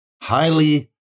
highly